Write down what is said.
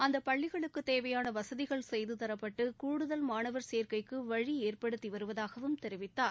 அந்த பள்ளிகளுக்கு தேவையான வசதிகள் செய்து தரப்பட்டு கூடுதல் மாணவர் சேர்க்கைக்கு வழி ஏற்படுத்தி வருவதாகவும் தெரிவித்தார்